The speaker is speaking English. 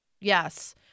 Yes